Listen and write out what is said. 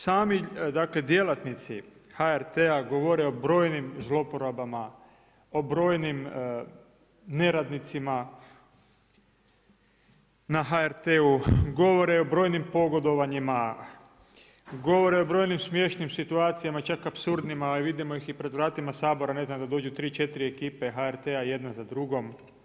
Doista, sami dakle, djelatnici, HRT govore o brojnim zloupotrebama, o brojnim neradnicima na HRT-u, govore o brojnim pogodovanjima, govore o brojnim smiješnim situacijama čak apsurdnima, a vidimo ih pred vratima Sabora, ne znam, da dođu 3, 4 ekipe HRT-a jedna za drugom.